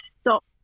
stop